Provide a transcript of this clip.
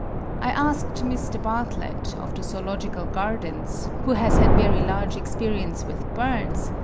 i asked mr. bartlett, of the zoological gardens, who has had very large experience with birds,